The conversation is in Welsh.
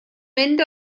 mynd